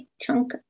chunk